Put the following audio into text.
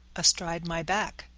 astride my back.